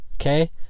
okay